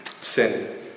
sin